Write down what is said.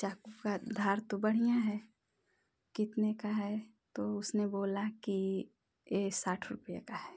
चाकू की धार तो बढ़िया है कितने का है तो उसने बोला कि यह साठ रुपये का है